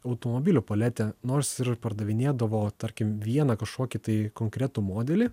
automobilių paletė nors ir pardavinėdavo tarkim vieną kažkokį tai konkretų modelį